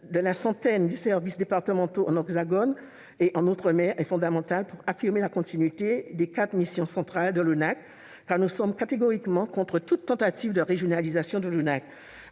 de la centaine des services départementaux dans l'Hexagone et en outre-mer est fondamentale pour affirmer la continuité des quatre missions centrales de l'ONAC. En effet, nous sommes catégoriquement opposés à toute tentative de régionalisation de l'Office.